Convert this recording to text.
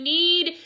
need